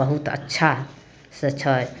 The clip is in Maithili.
बहुत अच्छासँ छै